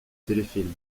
téléfilms